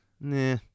Nah